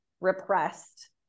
repressed